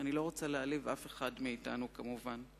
ואני לא רוצה להעליב אף אחד מאתנו, כמובן.